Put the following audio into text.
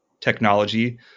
technology